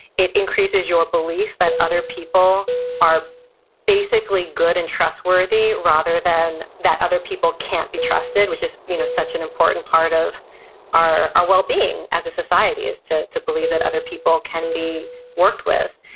it increases your belief that other people are basically good and trustworthy, rather than that other people can't be trusted, which is you know such an important part of our our wellbeing as a society, is to to believe that other people can be worked with.